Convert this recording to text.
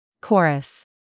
Chorus